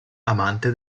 amante